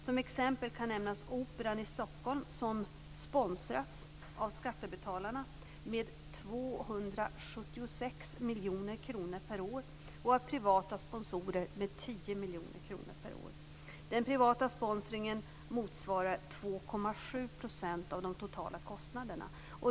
Som exempel kan nämnas Operan i Stockholm som sponsras av skattebetalarna med 276 miljoner kronor per år och av privata sponsorer med 10 miljoner kronor per år. Den privata sponsringen motsvarar 2,7 % av de totala kostnaderna.